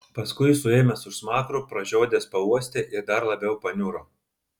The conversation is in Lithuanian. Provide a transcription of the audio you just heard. paskui suėmęs už smakro pražiodęs pauostė ir dar labiau paniuro